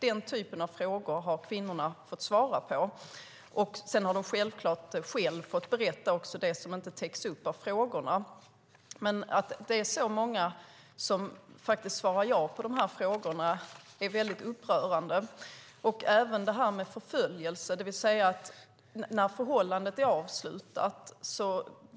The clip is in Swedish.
Den typen av frågor har kvinnorna fått svara på. Sedan har de självklart själva fått berätta om det som inte täcks upp av frågorna. Att det är så många som faktiskt svarar ja på frågorna är upprörande. Detta gäller även förföljelse. När förhållandet är avslutat